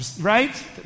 right